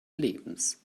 lebens